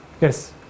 Yes